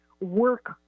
work